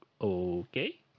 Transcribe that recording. okay